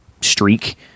streak